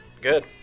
Good